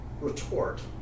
retort